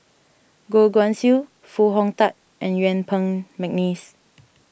Goh Guan Siew Foo Hong Tatt and Yuen Peng McNeice